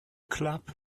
club